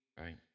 right